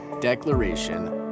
declaration